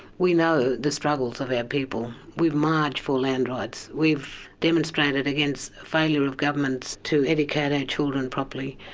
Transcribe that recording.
we know the struggles of our people, we've marched for land rights, we've demonstrated against failure of governments to educate our children properly.